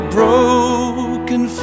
broken